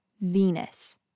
Venus